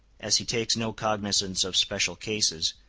as he takes no cognizance of special cases,